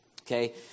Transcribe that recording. Okay